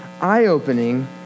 eye-opening